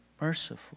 merciful